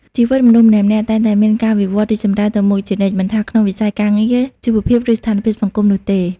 ជីវិតមនុស្សម្នាក់ៗតែងតែមានការវិវត្តន៍រីកចម្រើនទៅមុខជានិច្ច មិនថាក្នុងវិស័យការងារ ជីវភាព ឬស្ថានភាពសង្គមនោះទេ។